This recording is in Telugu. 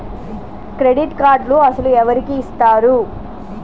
క్రెడిట్ కార్డులు అసలు ఎవరికి ఇస్తారు?